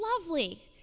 lovely